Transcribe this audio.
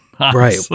Right